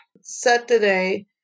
Saturday